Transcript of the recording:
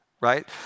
right